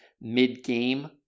mid-game